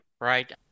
right